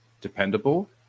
dependable